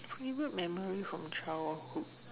favourite memory from childhood